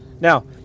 Now